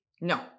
No